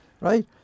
right